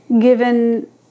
given